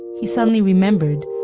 he suddenly remembered.